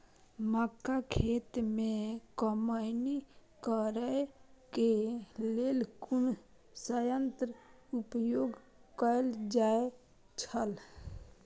मक्का खेत में कमौनी करेय केय लेल कुन संयंत्र उपयोग कैल जाए छल?